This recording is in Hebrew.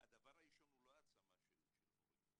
הדבר הראשון הוא לא העצמה של הורים.